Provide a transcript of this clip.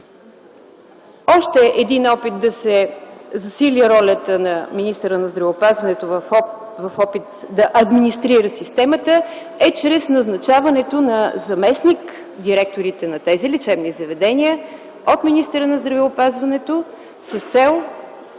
Още един опит да се засили ролята на министъра на здравеопазването да администрира системата е чрез назначаването на заместник-директорите на тези лечебни заведения от министъра на здравеопазването с цел,